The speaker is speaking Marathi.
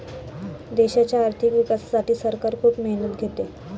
देशाच्या आर्थिक विकासासाठी सरकार खूप मेहनत घेते